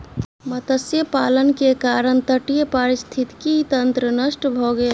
मत्स्य पालन के कारण तटीय पारिस्थितिकी तंत्र नष्ट भ गेल